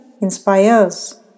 inspires